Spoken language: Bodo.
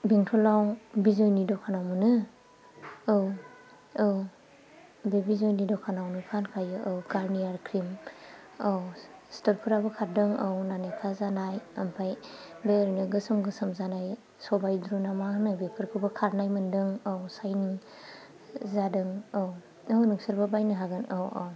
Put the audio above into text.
बेंटलआव बिजयनि दखानआव मोनो औ औ बे बिजयनि दखानआवनो फानखायो औ गारनियार क्रिम औ सिथरफोराबो खारदों औ नानेखा जानाय ओमफ्राय ओरैनो गोसोम गोसोम जानाय सबाइ बिमा ना मा होनो बिफोरखौबो खारनाय मोन्दों औ साइनिं जादों औ नों नोंसोरबो बायनो हागोन औ औ